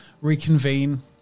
reconvene